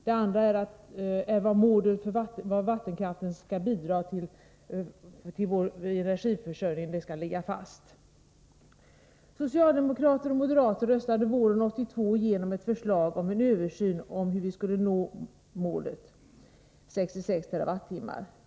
Det andra är att målet för vad vattenkraften skall bidra med till vår energiförsörjning skall ligga fast. Socialdemokrater och moderater röstade våren 1982 igenom ett förslag om en översyn av hur vi skulle nå målet 66 TWh.